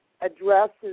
addresses